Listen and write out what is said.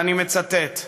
ואני מצטט: